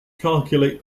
calculate